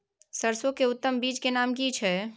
सरसो के उत्तम बीज के नाम की छै?